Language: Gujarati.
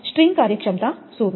સ્ટ્રિંગ કાર્યક્ષમતા શોધો